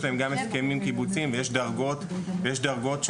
יש להם גם הסכמים קיבוציים ויש דרגות שונות,